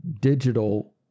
digital